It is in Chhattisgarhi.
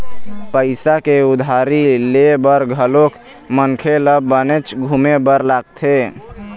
पइसा के उधारी ले बर घलोक मनखे ल बनेच घुमे बर लगथे